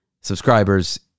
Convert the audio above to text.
subscribers